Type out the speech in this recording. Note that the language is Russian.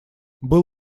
был